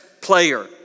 player